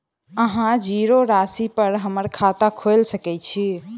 अहाँ जीरो राशि पर हम्मर खाता खोइल सकै छी?